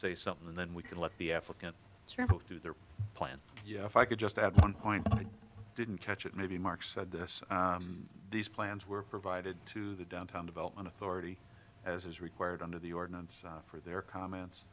say something and then we can let the african through their plan you know if i could just add one point i didn't catch it maybe mark said this these plans were provided to the downtown development authority as is required under the ordinance for their comments